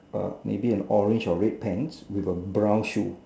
oh maybe an orange or red pants with a brown shoe